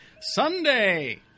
Sunday